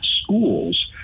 schools